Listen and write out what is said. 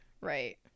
right